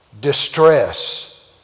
distress